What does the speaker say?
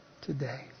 today